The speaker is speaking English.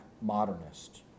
modernist